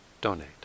donate